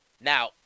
Now